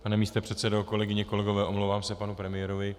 Pane místopředsedo, kolegyně, kolegové, omlouvám se panu premiérovi.